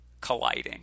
colliding